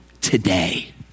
today